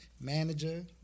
manager